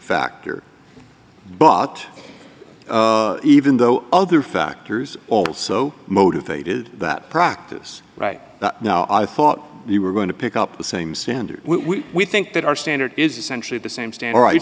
factor but even though other factors also motivated that practice right now i thought you were going to pick up the same standard we think that our standard is essentially the same standard right